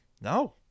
no